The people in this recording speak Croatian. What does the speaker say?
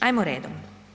Hajmo redom.